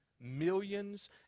millions